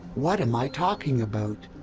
what am i talking about?